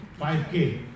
5K